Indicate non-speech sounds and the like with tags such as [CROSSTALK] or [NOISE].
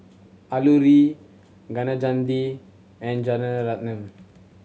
Alluri Kaneganti and [UNINTELLIGIBLE]